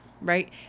Right